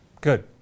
Good